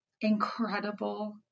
incredible